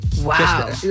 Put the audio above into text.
Wow